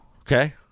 okay